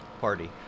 party